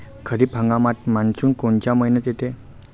खरीप हंगामात मान्सून कोनच्या मइन्यात येते?